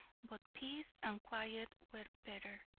but peace and quiet were better.